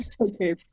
okay